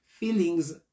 Feelings